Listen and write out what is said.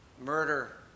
murder